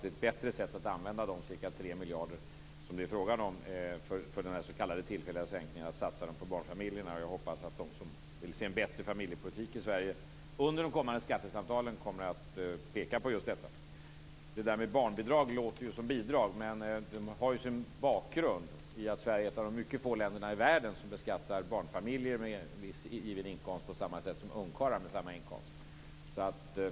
Ett bättre sätt att använda de ca 3 miljarder som det är fråga om för den s.k. tillfälliga sänkningen är att satsa dem på barnfamiljerna. Jag hoppas att de som vill se en bättre familjepolitik i Sverige under de kommande skattesamtalen kommer att peka på just detta. Detta med barnbidrag låter just som bidrag. Men det har sin bakgrund i att Sverige är ett av de mycket få länderna i världen som beskattar barnfamiljer med en viss given inkomst på samma sätt som ungkarlar med samma inkomst.